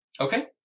Okay